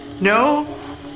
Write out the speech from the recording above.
No